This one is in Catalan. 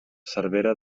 cervera